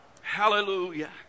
Hallelujah